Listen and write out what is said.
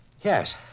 Yes